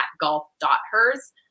golf.hers